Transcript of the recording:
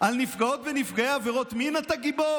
על נפגעי ונפגעות עבירות מין אתה גיבור?